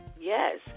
yes